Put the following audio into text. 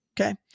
Okay